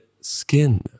skin